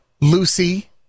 Lucy